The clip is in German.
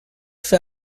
für